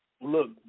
look